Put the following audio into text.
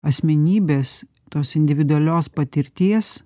asmenybės tos individualios patirties